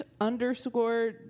underscore